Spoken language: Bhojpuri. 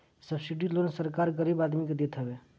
सब्सिडी लोन सरकार गरीब आदमी के देत हवे